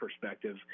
perspective